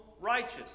righteous